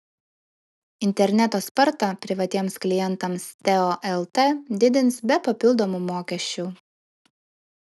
interneto spartą privatiems klientams teo lt didins be papildomų mokesčių